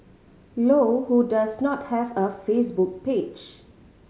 low who does not have a Facebook page